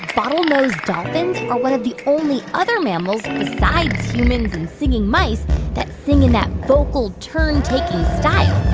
bottlenose dolphins are one of the only other mammals besides humans and singing mice that sing in that vocal turn-taking style.